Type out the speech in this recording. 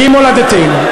היא מולדתנו.